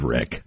Rick